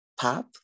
pop